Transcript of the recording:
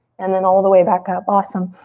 and then all the way back up. awesome.